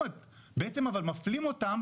בעצם אבל מפלים אותם